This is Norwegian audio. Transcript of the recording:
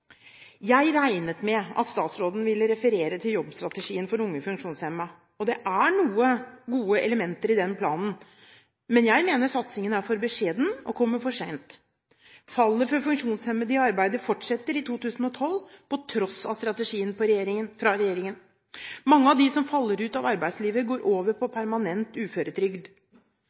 Jeg regnet med at statsråden ville referere til jobbstrategien for unge funksjonshemmede. Det er noen gode elementer i planen, men jeg mener satsingen er for beskjeden og kommer for sent. Fallet i antall funksjonshemmede i arbeid fortsetter i 2012 på tross av strategien fra regjeringen. Mange av dem som faller ut av arbeidslivet, går over på permanent uføretrygd.